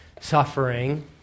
suffering